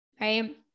right